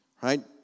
Right